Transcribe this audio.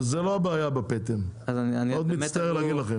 אבל זו לא הבעיה בפטם אני מאוד מצטער להגיד לכם.